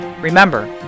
Remember